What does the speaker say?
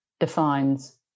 defines